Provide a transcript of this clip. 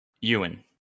Ewan